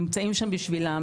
נמצאים שם בשבילן,